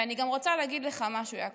ואני גם רוצה להגיד לך משהו, יעקב: